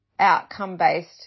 outcome-based